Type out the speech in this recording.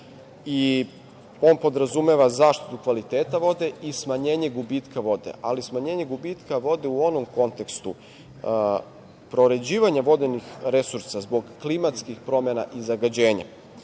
On podrazumeva zaštitu kvaliteta vode i smanjenje gubitka vode, ali smanjenje gubitka vode u onom kontekstu proređivanja vodenih resursa zbog klimatskih promena i zagađenja.